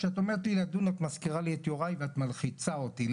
כשאת אומרת לי לדון את מזכירה לי את יוראי ואת מלחיצה אותי,